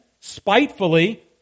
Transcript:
spitefully